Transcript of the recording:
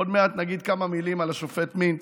עוד מעט נגיד כמה מילים על השופט מינץ.